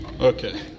Okay